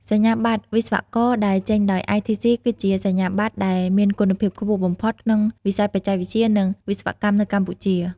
សញ្ញាបត្រវិស្វករដែលចេញដោយ ITC គឺជាសញ្ញាបត្រដែលមានគុណភាពខ្ពស់បំផុតក្នុងវិស័យបច្ចេកវិទ្យា និងវិស្វកម្មនៅកម្ពុជា។